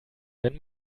wenn